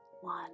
one